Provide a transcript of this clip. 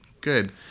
Good